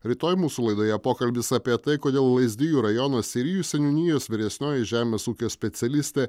rytoj mūsų laidoje pokalbis apie tai kodėl lazdijų rajono seirijų seniūnijos vyresnioji žemės ūkio specialistė